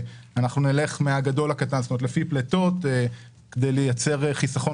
נלך מהגדול לקטן לפי פליטות כדי לייצר חיסכון